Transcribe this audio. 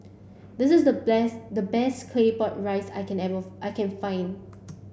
this is the best the best Claypot Rice I can able I can find